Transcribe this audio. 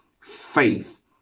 faith